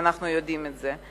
ואנחנו יודעים את זה.